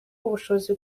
ubushobozi